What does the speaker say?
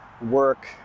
work